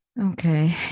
Okay